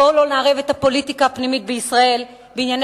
בואו לא נערב את הפוליטיקה הפנימית בישראל בענייני